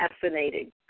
fascinating